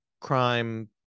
crime